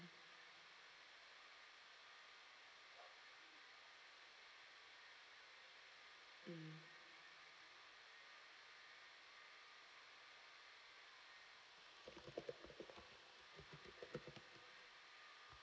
mm